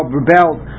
rebelled